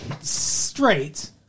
straight